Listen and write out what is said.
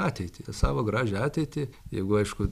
ateitį savo gražią ateitį jeigu aišku